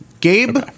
Gabe